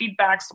feedbacks